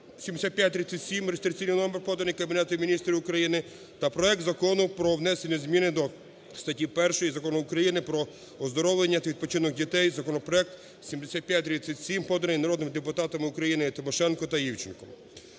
(7537 реєстраційний номер), поданий Кабінетом Міністрів України, та проект Закону про внесення зміни до статті 1 Закону України "Про оздоровлення та відпочинок дітей" (законопроект 7537), поданий народним депутатом України Тимошенко та Івченком.